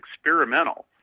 experimental